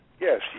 Yes